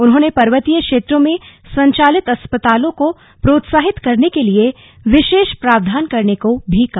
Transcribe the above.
उन्होंने पर्वतीय क्षेत्रों में संचालित अस्पतालों को प्रोत्साहित करने के लिए विशेष प्राविधान करने को भी कहा